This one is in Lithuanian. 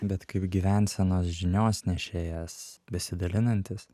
bet kaip gyvensenos žinios nešėjas besidalinantis